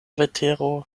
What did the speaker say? vetero